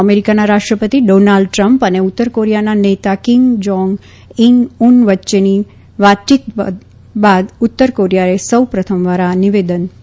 અમેરિકાના રાષ્ટ્રપતિ Donald Trump અને ઉત્તર કોરિયાના નેતા કીમ જાંગ ઉન વચ્ચેની વાતચીત બાદ ઉત્તરકોરિયાએ સૌપ્રથમવાર આ નિવેદન બહાર આવ્યું છે